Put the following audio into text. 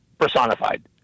personified